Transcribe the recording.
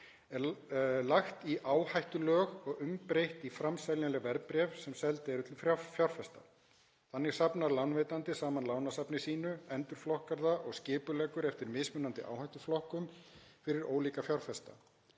er lagskipt í áhættulög og umbreytt í framseljanleg verðbréf sem seld eru til fjárfesta. Þannig safnar lánveitandi saman lánasafni sínu, endurflokkar það og skipuleggur eftir mismunandi áhættuflokkum fyrir ólíka fjárfesta.